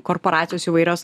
korporacijos įvairios